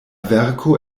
verko